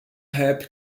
rap